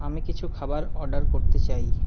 আমি কিছু খাবার অর্ডার করতে চাই